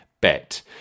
bet